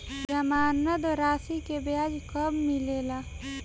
जमानद राशी के ब्याज कब मिले ला?